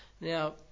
Now